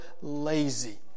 lazy